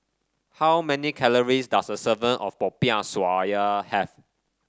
how many calories does a of Popiah Sayur have